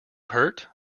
hurt